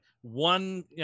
one